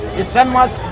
his son was